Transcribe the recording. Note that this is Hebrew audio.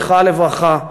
זכרה לברכה,